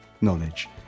knowledge